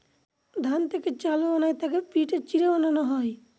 ধান থেকে চাল বানায় তাকে পিটে চিড়া বানানো হয়